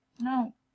No